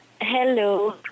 Hello